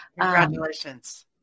congratulations